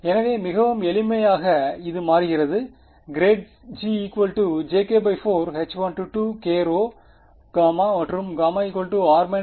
எனவே மிகவும் எளிமையாக இது மாறுகிறது∇g jk4 H1 மற்றும் r r காணொளியில் ஸ்கிரிப்ட் r